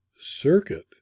Circuit